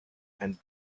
and